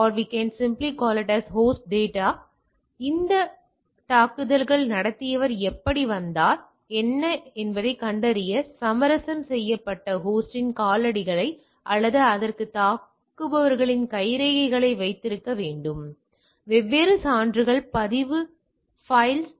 எனவே அந்த தாக்குதல் நடத்தியவர் எப்படி வந்தார் என்பதைக் கண்டறிய சமரசம் செய்யப்பட்ட ஹோஸ்டின் காலடிகளை அல்லது அந்த தாக்குபவரின் கைரேகைகளை வைத்திருக்க வெவ்வேறு சான்றுகள் பதிவு பையில்கள்